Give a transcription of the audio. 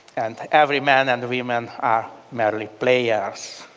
and every man and women are merely players.